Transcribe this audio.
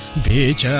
beach